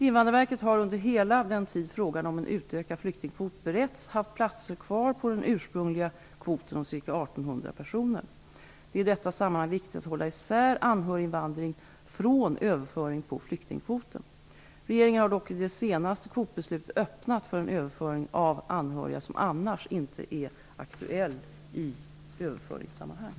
Invandrarverket har under hela den tid frågan om en utökad flyktingkvot beretts haft platser kvar på den ursprungliga kvoten om ca 1 800 personer. Det är i detta sammanhang viktigt att hålla isär anhöriginvandring från överföring på flyktingkvoten. Regeringen har dock i det senaste kvotbeslutet öppnat för en överföring av anhöriga som annars inte är aktuell i överföringssammanhang.